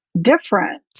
different